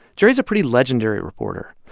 jerry is a pretty legendary reporter.